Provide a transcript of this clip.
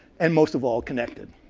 and most of all, connected.